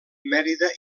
mèrida